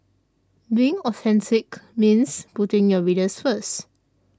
being authentic means putting your readers first